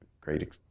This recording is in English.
great